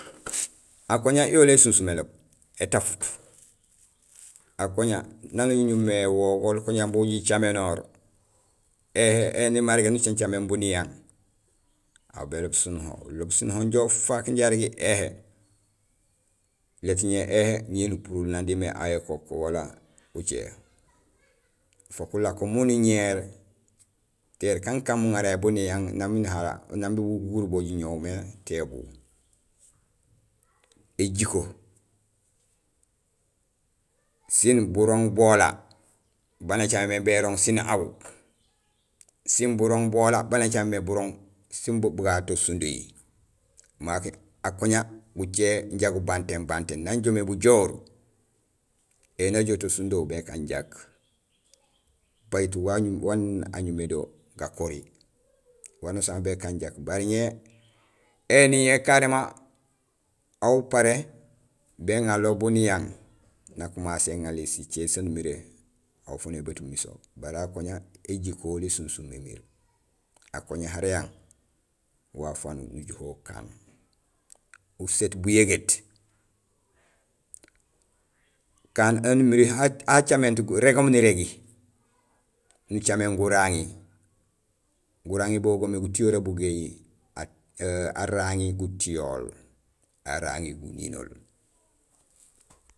Akoña yola ésunsum éloob, étafut. Akoña naan uñumé éwogoolkung bunja jicaménoor éhé éni mérégéén nucaméén caméén bu niyang aw béloob sin ho, uloob sin ho injo ufaak inja arégi éhé; lét ñé éhé ñé nupurul nandiin mé aw ékook wala ucé fook ulako miin uñéér téér kankaan muŋaray bun niyang nang miin ha; nang bugul gurubo jiñoow mé té bu. Éjiko sin burooŋ bola baan acaméén mé bérooŋ siin aw sin burooŋ bola baan acaméén mé burooŋ sin bugato sindohi, marok akoña gucé inja gubantéén bantéén nan joomé bujahoor éni ajool to sundo békaan jak bajut wa nuñumé do gakori, wanusaan ho békaan jak; baré ñé éni carément aw uparé béŋanlool bun niyang nakumasé éganli sicé saan umiré aw fanyi mat umi so. Baré akoña éjikohool ésunsuum émiir, akoña hara yang waaf wanunujuhé ukaan; uséét buyégét kaan aan haan umiré hacaménut gurégoom nirégi, nucaméén guraŋi; guraŋi bugo goomé gutiyoree gubugéhi; araŋi gutihool, araŋi guninool.